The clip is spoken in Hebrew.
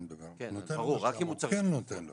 הוא כן נותן לו.